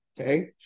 okay